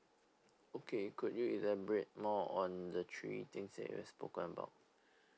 okay could you elaborate more on the three things that you've spoken about